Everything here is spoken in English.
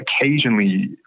occasionally